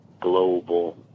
global